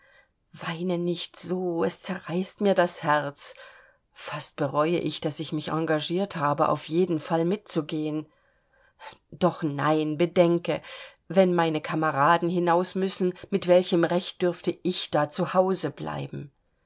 weine nicht so es zerreißt mir das herz fast bereue ich daß ich mich engagiert habe auf jeden fall mitzugehen doch nein bedenke wenn meine kameraden hinaus müssen mit welchem recht dürfte ich da zu hause bleiben